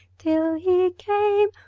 till he came.